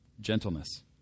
gentleness